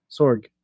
Sorg